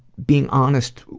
being honest